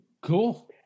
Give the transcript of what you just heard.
Cool